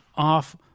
Off